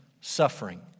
suffering